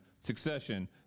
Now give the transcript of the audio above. Succession